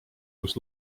kus